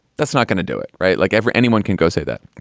that's not going to do it right. like ever anyone can go say that.